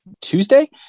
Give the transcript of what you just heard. tuesday